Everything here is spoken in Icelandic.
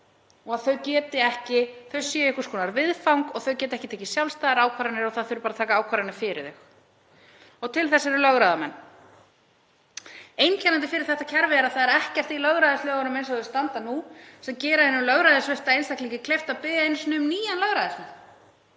að það sé einhvers konar viðfang sem geti ekki tekið sjálfstæðar ákvarðanir og því þurfi bara að taka ákvarðanir fyrir það. Til þess eru lögráðamenn. Einkennandi fyrir þetta kerfi er að það er ekkert í lögræðislögunum eins og þau standa nú sem gera hinum lögræðissvipta einstaklingi kleift að biðja einu sinni um nýjan lögræðismann.